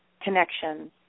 connection